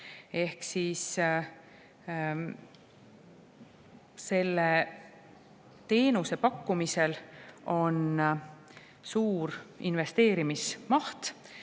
interneti. Selle teenuse pakkumisel on suur investeerimismaht